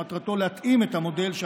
שמטרתו להתאים את המודל,